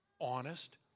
honest